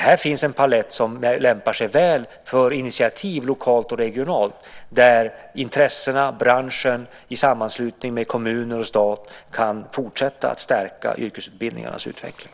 Här finns en palett som lämpar sig väl för lokala och regionala initiativ där intressena, branschen, tillsammans med kommuner och stat kan fortsätta att stärka yrkesutbildningarnas utveckling.